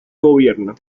gobierno